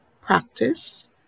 practice